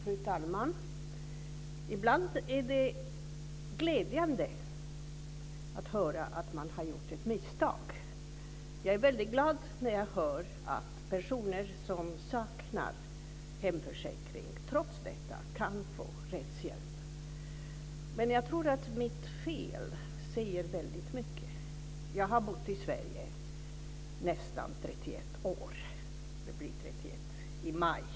Fru talman! Ibland är det glädjande att höra att man har gjort ett misstag. Jag är glad när jag hör att personer som saknar hemförsäkring trots detta kan få rättshjälp. Men jag tror att mitt fel säger mycket. Jag har bott i Sverige i nästan 31 år. Det blir 31 år i maj.